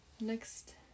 Next